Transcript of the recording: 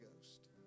Ghost